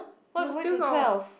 why go back to twelve